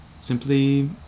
simply